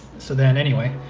so then, anyway,